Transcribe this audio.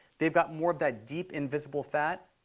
they've got more of that deep, invisible fat,